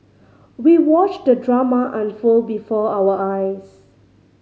we watched the drama unfold before our eyes